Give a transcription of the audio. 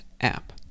app